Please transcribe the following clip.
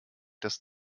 dass